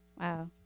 wow